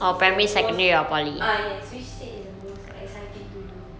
is the most ah ya ya ya which stage is the most exciting to you